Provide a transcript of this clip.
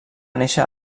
néixer